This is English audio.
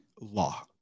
law